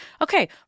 okay